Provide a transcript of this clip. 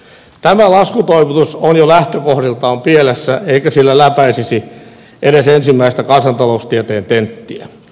tämä laskutoimitus on jo lähtökohdiltaan pielessä eikä sillä läpäisisi edes ensimmäistä kansantaloustieteen tenttiä